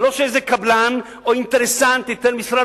ולא שאיזה קבלן או אינטרסנט ייתן משרד